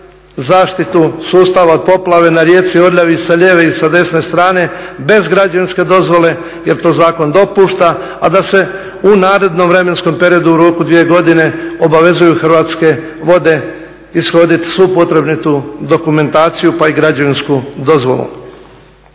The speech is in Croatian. zaštitu sustava od poplave na rijeci Orljavi sa lijeve i sa desne strane bez građevinske dozvole jer to zakon dopušta, a da se u narednom vremenskom periodu u roku od dvije godine obavezuju Hrvatske vode ishoditi svu potrebitu dokumentaciju pa i građevinsku dozvolu.